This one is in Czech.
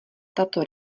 tato